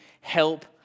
help